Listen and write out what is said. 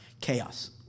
chaos